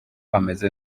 ameze